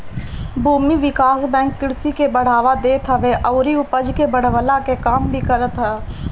भूमि विकास बैंक कृषि के बढ़ावा देत हवे अउरी उपज के बढ़वला कअ काम भी करत हअ